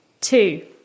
two